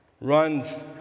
runs